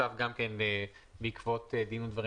זה סעיף שהתווסף בעקבות דין ודברים